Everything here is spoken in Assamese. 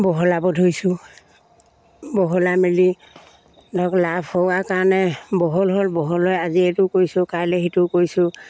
বহলাব ধৰিছোঁ বহলাই মেলি ধৰক লাভ হোৱাৰ কাৰণে বহল হ'ল বহলহৈ আজি এইটো কৰিছোঁ কাইলৈ সিটো কৰিছোঁ